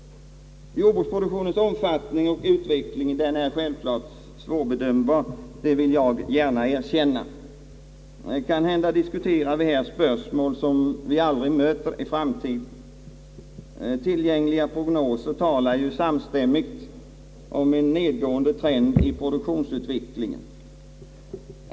Jordbruksproduktionens omfattning och utveckling är självklart svårbedömbar — det vill jag gärna erkänna. Kanhända diskuterar vi här en problematik som vi aldrig möter i verkligheten. Tillgängliga prognoser talar ju samstämmigt om en nedåtgående trend i produktionsutvecklingen.